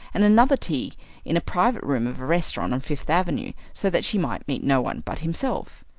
and another tea in a private room of a restaurant on fifth avenue so that she might meet no one but himself.